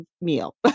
meal